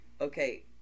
okay